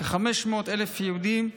כ-500,000 יהודים.